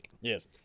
Yes